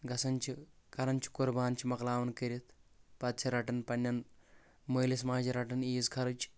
گژھان چھِ کران چھِ قۄربان چھِ مۄکلاوان کٔرِتھ پتہٕ چھِ رٹان پننٮ۪ن مٲلِس ماجہِ رٹان عیٖز خرٕچ